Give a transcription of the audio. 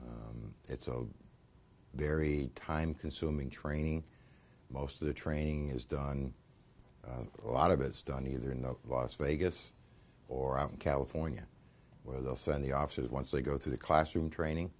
it's a very time consuming training most of the training is done a lot of it's done either in the last vegas or out in california where they'll send the officers once they go through the classroom training